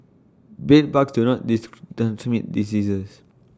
bedbugs do not transmit diseases